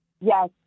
Yes